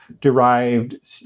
derived